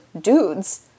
dudes